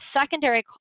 secondary